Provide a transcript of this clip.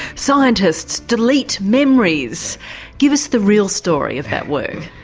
scientists delete memories' give us the real story of that work?